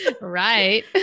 Right